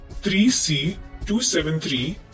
3C273